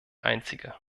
einzige